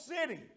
city